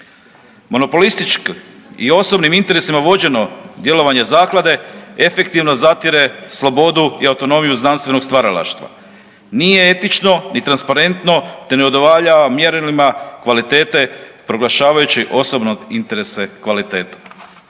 Monopolistički i osobnim interesima vođeno djelovanje zaklade efektivno zatire slobodu i autonomiju znanstvenog stvaralaštva. Nije etično i transparentno, te ne udovoljava mjerilima kvalitete proglašavajući osobno interese kvalitete.